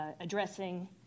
addressing